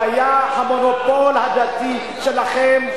הבעיה היא המונופול הדתי שלכם,